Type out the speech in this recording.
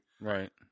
Right